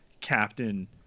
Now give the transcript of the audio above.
Captain